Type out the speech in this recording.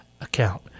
account